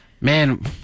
Man